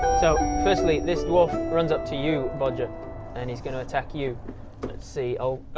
so firstly this dwarf runs up to you bodger and he's going to attack you, let's see oh,